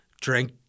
drink